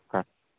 હા